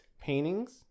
paintings